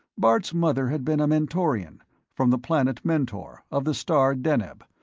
bart's mother had been a mentorian from the planet mentor, of the star deneb,